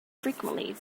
frequently